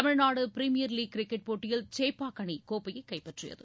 Tamil Nadu premier league cricket போட்டியில் சேப்பாக் அணி கோப்பையை கைப்பற்றியது